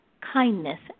kindness